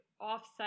offset